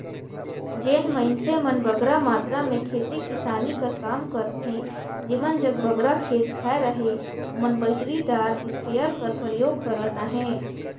जेन मइनसे मन बगरा मातरा में खेती किसानी कर काम करथे जेमन जग बगरा खेत खाएर अहे ओमन बइटरीदार इस्पेयर कर परयोग करत अहें